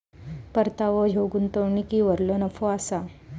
परतावो ह्यो गुंतवणुकीवरलो नफो असा